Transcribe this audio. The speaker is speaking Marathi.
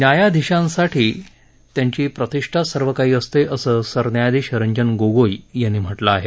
न्यायाधीशासाठी त्याची प्रतिष्ठाच सर्व काही असते असं सरन्यायाधीश रंजन गोगोई यांनी म्हटलं आहे